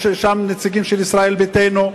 יש שם נציגים של ישראל ביתנו,